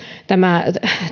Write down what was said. tämä